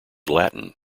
latin